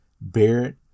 barrett